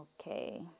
Okay